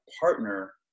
partner